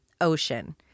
ocean